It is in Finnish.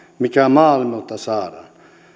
mikä maailmalta saadaan